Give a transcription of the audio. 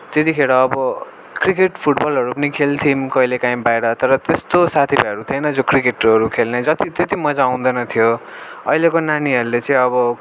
त्यतिखेर अब क्रिकेट फुटबलहरू पनि खेल्थौँ कहिलेकाहीँ बाहिर तर त्यस्तो साथीभाइहरू थिएन जो क्रिकेटहरू खेल्ने जति त्यति मजा आउँदैन थियो अहिलेको नानीहरूले चाहिँ अब